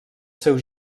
seu